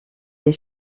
des